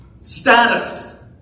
status